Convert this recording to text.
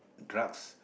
drugs